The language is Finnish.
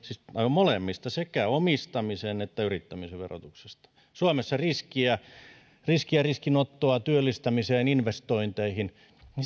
molemmista sekä omistamisen että yrittämisen verotuksesta suomessa riskiä ja riskin ottoa työllistämiseen investointeihin